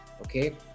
Okay